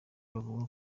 bavuga